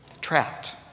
Trapped